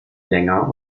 länger